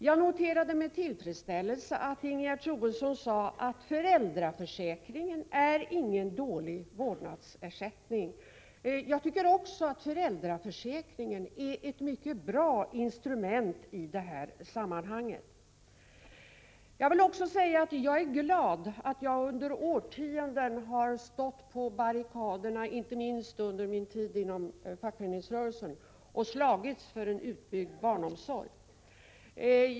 Jag noterade med tillfredsställelse att Ingegerd Troedsson sade att föräldraförsäkringen inte är någon dålig vårdnadsersättning. Även jag tycker att föräldraförsäkringen är ett mycket bra instrument i det här sammanhanget. Jag vill också säga att jag är glad över att jag under årtionden har stått på barrikaderna, inte minst under min tid i fackföreningsrörelsen, och slagits för en utbyggd barnomsorg.